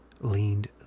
leaned